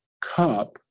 cup